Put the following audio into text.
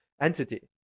entity